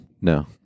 no